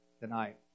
tonight